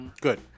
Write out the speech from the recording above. Good